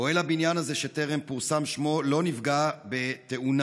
פועל הבניין הזה, שטרם פורסם שמו, לא נפגע בתאונה.